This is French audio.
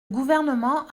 gouvernement